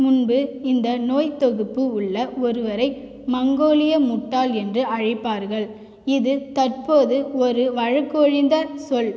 முன்பு இந்த நோய்த்தொகுப்பு உள்ள ஒருவரை மங்கோலிய முட்டாள் என்று அழைப்பார்கள் இது தற்போது ஒரு வழக்கொழிந்த சொல்